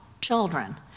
children